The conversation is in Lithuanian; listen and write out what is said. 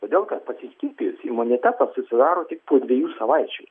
todėl kad pasiskiepijus imunitetas susidaro tik po dviejų savaičių